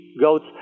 goats